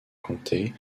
conté